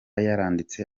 yaranditse